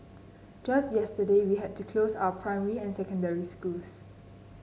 just yesterday we had to close our primary and secondary schools